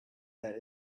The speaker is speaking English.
that